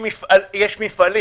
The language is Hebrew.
יש מפעלים